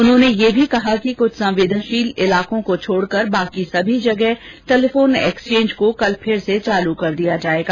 उन्होंने यह भी कहा कि कुछ संवेदनशील इलाकों को छोड़कर बाकी सभी जगह टेलीफोन एक्सचेंजों को कल से फिर चालू कर दिया जाएगा